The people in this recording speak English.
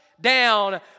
down